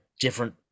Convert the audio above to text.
different